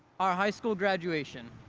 our high school graduation.